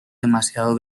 demasiado